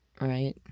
right